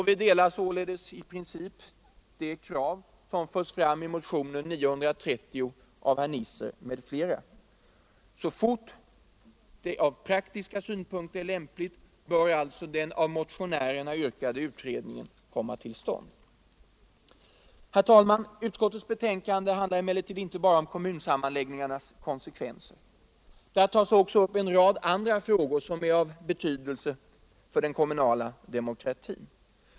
Vi delar således i princip det krav som förs fram i motionen 930 av herr Nisser m.fl. Så fort det ur praktiska synpunkter är lämpligt bör alltså den av motionärerna yrkade utredningen komma till stånd. Herr talman! Utskottets betänkande handlar emellertid inte bara om kommunsammanläggningarnas konsekvenser. Där tas också upp många andra frågor som är av betydelse för den kommunala demokratin.